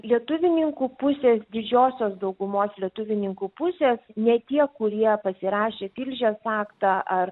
lietuvininkų pusės didžiosios daugumos lietuvininkų pusės ne tie kurie pasirašė tilžės aktą ar